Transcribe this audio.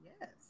Yes